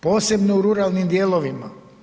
Posebno u ruralnim dijelovima.